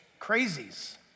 crazies